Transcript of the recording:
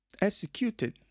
executed